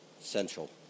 Essential